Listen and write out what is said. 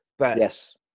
Yes